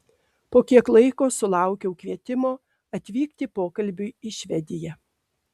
po kiek laiko sulaukiau kvietimo atvykti pokalbiui į švediją